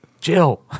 Jill